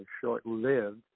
short-lived